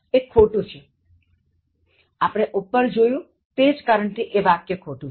એ ખોટું છે આપણે ઉપર જોયુ તે જ કારણથી એ વાક્ય ખોટું છે